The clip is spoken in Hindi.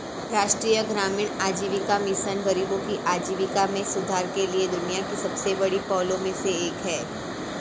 राष्ट्रीय ग्रामीण आजीविका मिशन गरीबों की आजीविका में सुधार के लिए दुनिया की सबसे बड़ी पहलों में से एक है